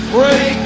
Break